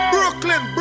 Brooklyn